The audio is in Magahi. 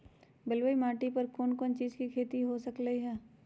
बलुई माटी पर कोन कोन चीज के खेती हो सकलई ह?